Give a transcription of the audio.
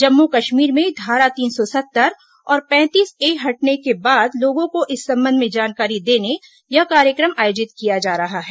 जम्मू कश्मीर में धारा तीन सौ सत्तर और पैंतीस ए हटने के बाद लोगों को इस संबंध में जानकारी देने यह कार्यक्रम आयोजित किया जा रहा है